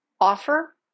offer